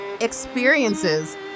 experiences